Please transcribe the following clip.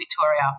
Victoria